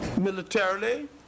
militarily